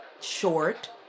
Short